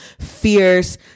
fierce